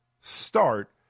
start